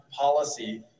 policy